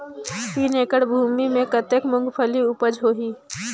तीन एकड़ भूमि मे कतेक मुंगफली उपज होही?